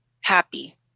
happy